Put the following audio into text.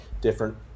different